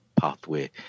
pathway